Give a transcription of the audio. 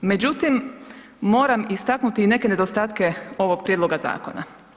Međutim, moram istaknuti i neke nedostatke ovog prijedloga zakona.